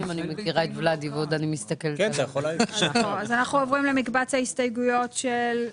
אז אנחנו עוברים למקבץ ההסתייגויות של,